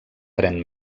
pren